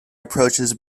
approaches